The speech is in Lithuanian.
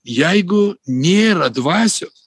jeigu nėra dvasios